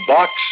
Box